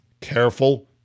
careful